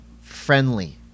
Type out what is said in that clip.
friendly